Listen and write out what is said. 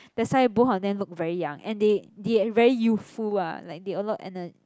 that's why both of them looked very young and they they very youthful ah like they a lot ener~